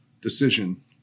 decision